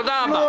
תודה רבה.